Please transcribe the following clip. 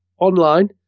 online